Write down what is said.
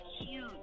huge